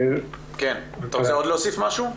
אתה רוצה להוסיף עוד משהו?